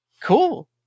Cool